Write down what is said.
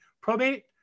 probate